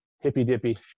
hippy-dippy